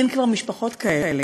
כבר אין משפחות כאלה.